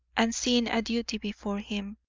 and seeing a duty before him,